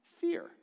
fear